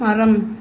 மரம்